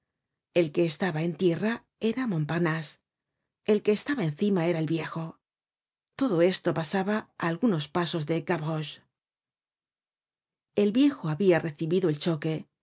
el que estaba en tierra era montparnase el que estaba encima era el viejo todo esto pasaba á algunos pasos de gavroche el viejo habia recibido el choque y